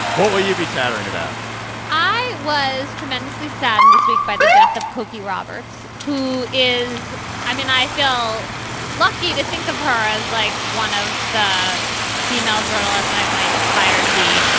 what will you be chattering about i was tremendously saddened this week by the death of cokie roberts who is i mean i feel lucky to think of her as like one of the female journalists i might aspire to be.